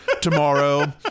tomorrow